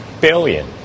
billion